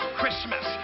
Christmas